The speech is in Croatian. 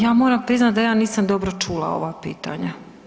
Ja moram priznati da ja nisam dobro čula ova pitanja.